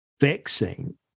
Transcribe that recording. vaccine